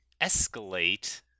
escalate